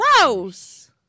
gross